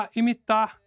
imitar